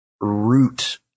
root